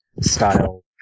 style